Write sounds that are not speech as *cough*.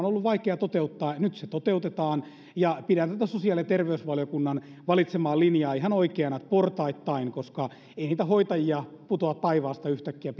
on ollut vaikea toteuttaa ja nyt se toteutetaan pidän tätä sosiaali ja terveysvaliokunnan valitsemaa linjaa ihan oikeana että portaittain koska ei niitä hoitajia putoa taivaasta yhtäkkiä *unintelligible*